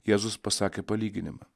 jėzus pasakė palyginimą